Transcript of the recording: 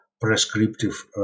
prescriptive